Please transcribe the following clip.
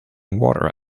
water